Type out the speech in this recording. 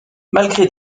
malgré